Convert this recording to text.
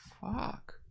Fuck